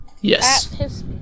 Yes